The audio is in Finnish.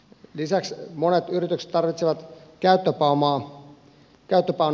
lisäksi monet yritykset tarvitsevat käyttöpääomarahoitusta